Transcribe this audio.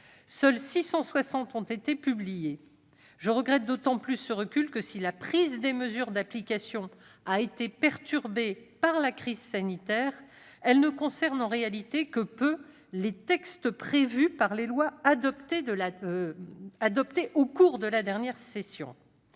seules 660 ont été publiées. Je regrette d'autant plus ce recul que, si la prise des mesures d'application a été perturbée par la crise sanitaire, elle ne concerne en réalité que peu les textes prévus par les lois adoptées au cours de la dernière session.